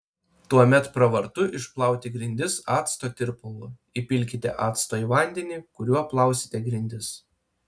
tuomet pravartu išplauti grindis acto tirpalu įpilkite acto į vandenį kuriuo plausite grindis